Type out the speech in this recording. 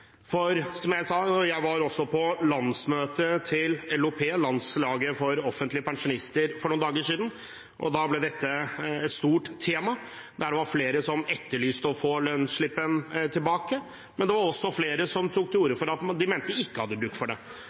Jeg var også på landsmøtet til LOP, Landslaget for offentlige pensjonister, for noen dager siden. Da ble dette et stort tema, og det var flere som etterlyste å få lønnsslippen tilbake, men det var også flere som tok til orde for at de ikke hadde bruk for det.